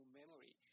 memory